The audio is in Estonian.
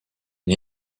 nii